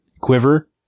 quiver